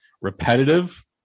repetitive